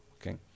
okay